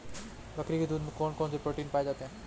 बकरी के दूध में कौन कौनसे प्रोटीन पाए जाते हैं?